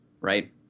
right